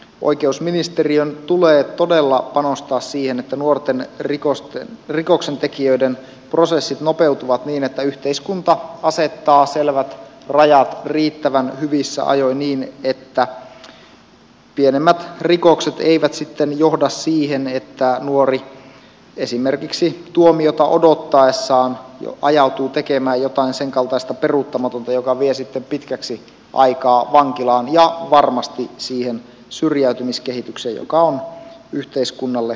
oikeusministeriön tulee todella panostaa siihen että nuorten rikoksentekijöiden prosessit nopeutuvat niin että yhteiskunta asettaa selvät rajat riittävän hyvissä ajoin niin että pienemmät rikokset eivät sitten johda siihen että nuori esimerkiksi tuomiota odottaessaan ajautuu tekemään jotain senkaltaista peruuttamatonta joka vie sitten pitkäksi aikaa vankilaan ja varmasti siihen syrjäytymiskehitykseen joka on yhteiskunnalle äärimmäisen kallista